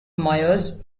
myers